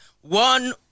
One